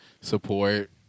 support